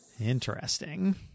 interesting